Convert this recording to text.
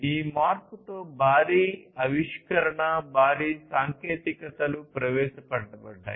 ఈ మార్పు తో భారీ ఆవిష్కరణ భారీ సాంకేతికతలు ప్రవేశపెట్టబడ్డాయి